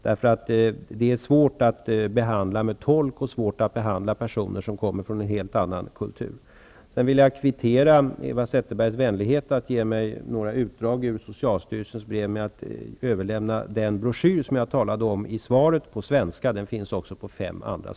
Det är ju svårt att ge behandling när det behövs tolk. Det är också svårt att behandla personer som kommer från en helt annan kultur. Sedan vill jag kvittera Eva Zetterbergs vänlighet att ge mig utdrag ur socialstyrelsens brev genom att överlämna ett exemplar på svenska av den broschyr som jag talat om i svaret. Den här broschyren är också utgiven på fem andra språk.